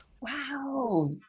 Wow